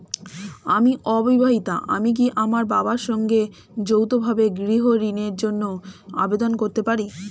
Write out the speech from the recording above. আমি অবিবাহিতা আমি কি আমার বাবার সঙ্গে যৌথভাবে গৃহ ঋণের জন্য আবেদন করতে পারি?